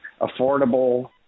affordable